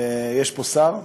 יש פה שר?